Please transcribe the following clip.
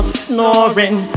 snoring